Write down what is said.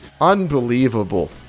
unbelievable